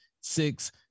six